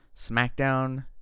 SmackDown